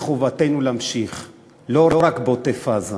מחובתנו להמשיך לא רק בעוטף-עזה